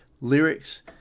lyrics